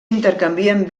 intercanvien